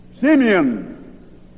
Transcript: Simeon